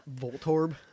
Voltorb